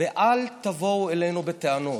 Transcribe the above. ב"אל תבואו אלינו בטענות".